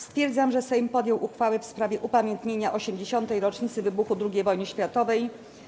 Stwierdzam, że Sejm podjął uchwałę w sprawie upamiętnienia 80. rocznicy wybuchu II Wojny Światowej.